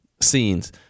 scenes